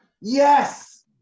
yes